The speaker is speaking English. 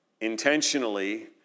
intentionally